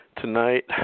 Tonight